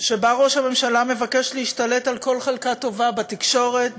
שבה ראש הממשלה מבקש להשתלט על כל חלקה טובה בתקשורת,